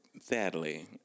sadly